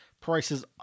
prices